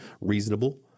reasonable